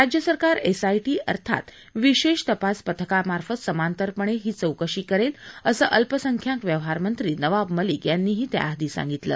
राज्य सरकार एसआय अर्थात विशेष तपास पथकामार्फत समांतरपणे ही चौकशी करेल असं अल्पसंख्यांक व्यवहार मंत्री नवाब मलिक यांनीही त्याआधी सांगितलं